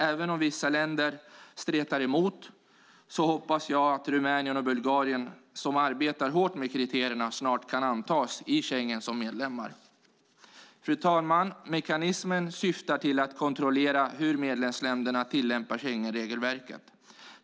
Även om vissa länder stretar emot hoppas jag att Rumänien och Bulgarien, som arbetar hårt med kriterierna, snart kan antas som medlemmar i Schengen. Fru talman! Mekanismen syftar till att kontrollera hur medlemsländerna tillämpar Schengenregelverket.